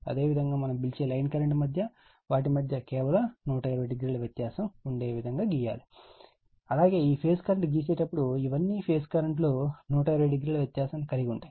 అదేవిధంగా మనం పిలిచే లైన్ కరెంట్ మధ్య వాటి మధ్య కేవలం 120o వ్యత్యాసం ఉండే విధంగా గీయండి అలాగే ఈ ఫేజ్ కరెంట్ గీసేటప్పుడు ఇవన్నీ ఫేజ్ కరెంట్ లు 120o వ్యత్యాసం కలిగి ఉంటాయి